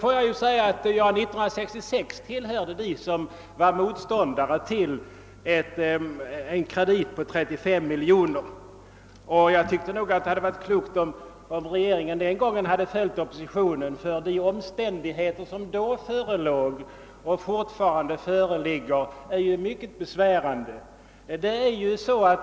År 1966 tillhörde jag dem som var motståndare till en kredit på 35 miljoner kronor, och jag tycker att det varit klokt om regeringen den gången hade följt oppositionen. De omständigheter som då förelåg och fortfarande föreligger är ju mycket besvärande.